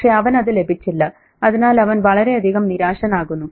പക്ഷെ അവന് അത് ലഭിച്ചില്ല അതിനാൽ അവൻ വളരെയധികം നിരാശനാകുന്നു